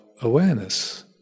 awareness